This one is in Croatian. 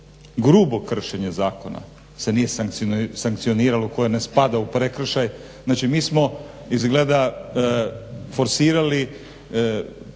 grubo kršenje zakona se nije sankcioniralo, koje ne spada u prekršaj. Znači mi smo izgleda forsirali